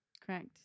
Correct